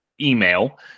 email